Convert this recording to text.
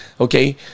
Okay